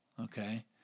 Okay